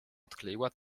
odkleiła